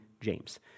James